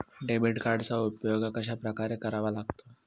Debit कार्डचा उपयोग कशाप्रकारे करावा लागतो?